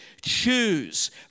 choose